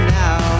now